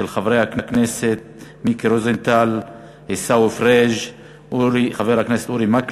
הצעות לסדר-היום מס' 202, 226, 231,